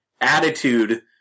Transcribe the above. attitude